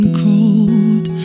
cold